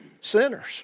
sinners